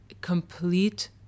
complete